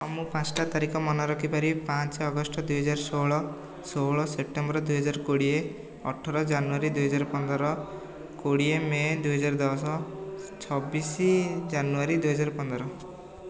ହଁ ମୁଁ ପାଞ୍ଚଟା ତାରିଖ ମନେରଖିପାରିବି ପାଞ୍ଚ ଅଗଷ୍ଟ ଦୁଇହଜାର ଷୋହଳ ଷୋହଳ ସେପ୍ଟେମ୍ବର ଦୁଇହଜାର କୋଡ଼ିଏ ଅଠର ଜାନୁୟାରୀ ଦୁଇହଜାର ପନ୍ଦର କୋଡ଼ିଏ ମେ' ଦୁଇହଜାର ଦଶ ଛବିଶ ଜାନୁୟାରୀ ଦୁଇହଜାର ପନ୍ଦର